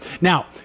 Now